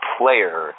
player